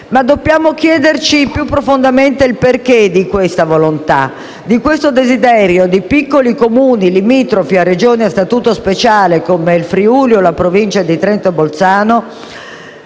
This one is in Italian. Dobbiamo, però, chiederci profondamente il perché di questa volontà, di questo desiderio di piccoli Comuni limitrofi a Regioni a statuto speciale quali il Friuli o la Provincia di Trento e Bolzano